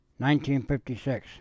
1956